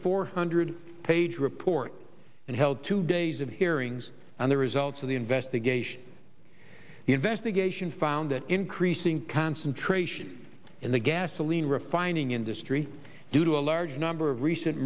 four hundred page report and held two days of hearings on the results of the investigation the investigation found that increasing concentration in the gasoline refining industry due to a large number of recent